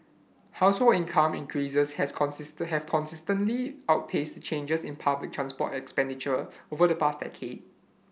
household income increases has have consistently outpaced changes in public transport expenditure over the past decade